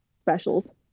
specials